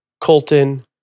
Colton